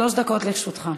שלוש דקות לרשותך.